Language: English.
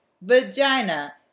Vagina